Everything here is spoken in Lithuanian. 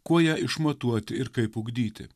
kuo ją išmatuoti ir kaip ugdyti